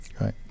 right